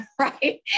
Right